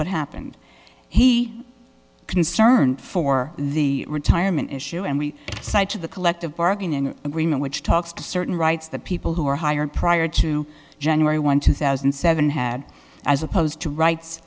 what happened he concerned for the retirement issue and we said to the collective bargaining agreement which talks to certain rights that people who were hired prior to january one two thousand and seven had as opposed to rights